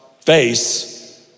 face